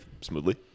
smoothly